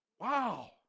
wow